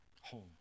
home